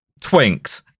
Twinks